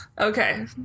Okay